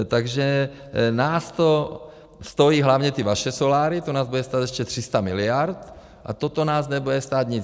Takže nás to stojí, hlavně ty vaše soláry, to nás bude stát ještě 300 miliard, a toto nás nebude stát nic.